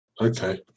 Okay